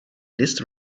list